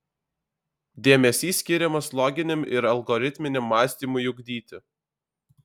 dėmesys skiriamas loginiam ir algoritminiam mąstymui ugdyti